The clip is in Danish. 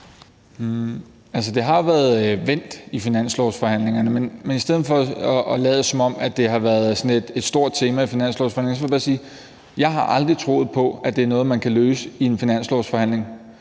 (SF): Det har jo været vendt i finanslovsforhandlingerne, men i stedet for at lade, som om det har været sådan et stort tema i finanslovsforhandlingerne, vil jeg bare sige, at jeg aldrig har troet på, at det er noget, man kan løse i en finanslovsforhandling,